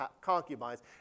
concubines